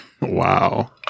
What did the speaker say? Wow